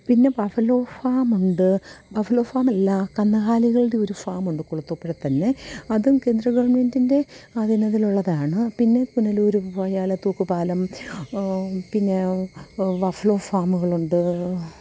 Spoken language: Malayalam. പിന്നെ ബഫല്ലോ ഫാമുണ്ട് ബഫല്ലോ ഫാമല്ല കന്നുകാലികളുടെ ഒരു ഫാമുണ്ട് കുളത്തൂപ്പുഴയിൽത്തന്നെ അതും കേന്ദ്ര ഗവണ്മെന്റിന്റെ അധീനതിയിലുള്ളതാണ് പിന്നെ പുനലൂർ പോയാൽ തൂക്കുപാലം പിന്നെ വഫല്ലോ ഫാമുകളുണ്ട്